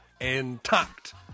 intact